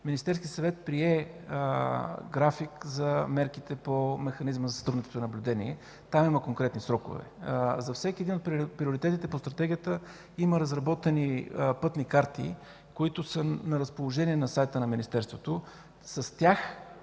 Министерският съвет прие график за мерките по Механизма за сътрудничество и наблюдение. Там има конкретни срокове. За всеки един от приоритетите по Стратегията има разработени пътни карти, които са на разположение на сайта на Министерството. С тях